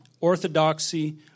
orthodoxy